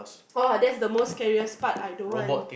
orh that's the most scariest part I don't want